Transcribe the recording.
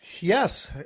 Yes